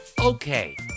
Okay